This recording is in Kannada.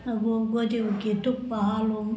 ಅದು ಗೋಧಿ ಹುಗ್ಗಿ ತುಪ್ಪ ಹಾಲು